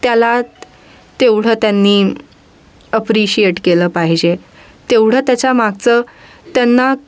त्याला तेवढं त्यांनी अप्रिशिएट केलं पाहिजे तेवढं त्याच्या मागचं त्यांना